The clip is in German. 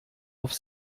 auf